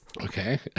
Okay